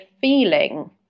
feeling